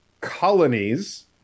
colonies